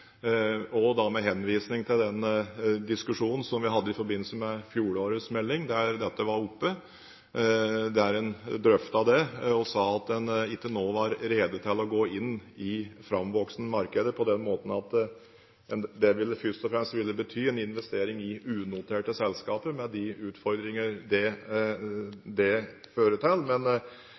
med henvisning til den diskusjonen som vi hadde i forbindelse med fjorårets melding da dette var oppe, da en drøftet det og sa at en ikke nå var rede til å gå inn i framvoksende markeder. Det ville først og fremst bety en investering i unoterte selskaper, med de utfordringer det fører til.